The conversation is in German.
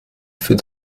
für